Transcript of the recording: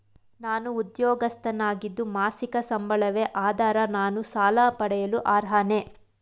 ನಾನು ಉದ್ಯೋಗಸ್ಥನಾಗಿದ್ದು ಮಾಸಿಕ ಸಂಬಳವೇ ಆಧಾರ ನಾನು ಸಾಲ ಪಡೆಯಲು ಅರ್ಹನೇ?